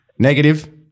Negative